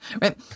right